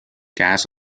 gas